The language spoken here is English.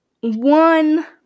One